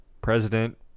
president